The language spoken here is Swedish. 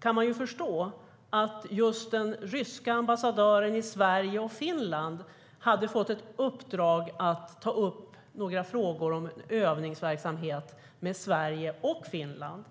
kan man ju förstå att just den ryska ambassadören i Sverige och Finland hade fått ett uppdrag att ta upp några frågor om övningsverksamhet med Sverige och Finland.